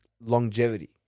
longevity